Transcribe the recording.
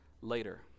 later